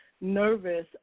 nervous